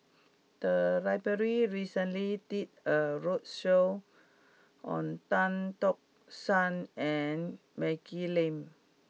the library recently did a roadshow on Tan Tock San and Maggie Lim